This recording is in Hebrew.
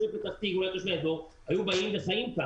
הם היו באים וחיים כאן.